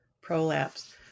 prolapse